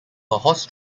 horse